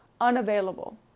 Unavailable